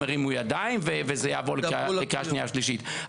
ירימו ידיים וזה יעבור לקריאה שנייה ושלישית.